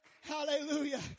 Hallelujah